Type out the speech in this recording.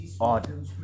odd